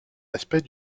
aspect